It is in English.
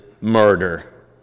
murder